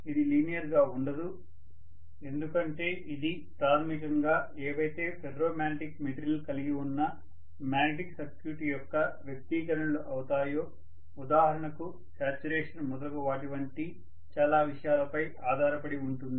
ఇది లీనియర్ గా ఉండదు ఎందుకంటే ఇది ప్రాథమికంగా ఏవైతే ఫెర్రో మాగ్నెటిక్ మెటీరియల్ కలిగి ఉన్న మాగ్నెటిక్ సర్క్యూట్ యొక్క వ్యక్తీకరణలు అవుతాయో ఉదాహరణకు శాచ్యురేషన్ మొదలగు వాటి వంటి చాలా విషయాలపై ఆధారపడి ఉంటుంది